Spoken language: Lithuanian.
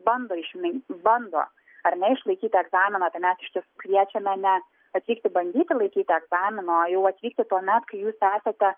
bando išmė bando ar ne išlaikyti egzaminą tai mes iš tiesų kviečiame ne atvykti bandyti laikyti egzamino o jau atvykti tuomet kai jūs esate